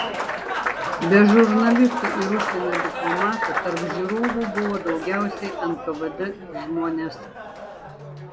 be žurnalistų ir užsienio diplomatų tarp žiūrovų buvo daugiausiai nkvd žmonės